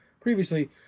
previously